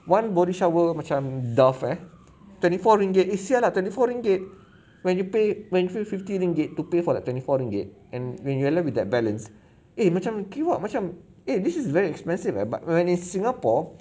one body shower macam dove eh twenty four ringgit eh !siala! twenty four ringgit when you pay when you pay fifty ringgit to pay for the twenty four ringgit and when you left with that balance eh macam kiwak macam eh this is very expensive leh but when in singapore